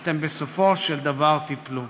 אתם בסופו של דבר תיפלו.